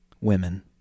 women